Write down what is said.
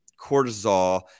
cortisol